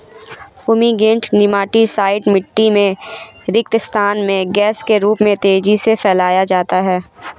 fumigant nematicide मिटटी में रिक्त स्थान में गैस के रूप में तेजी से फैलाया जाता है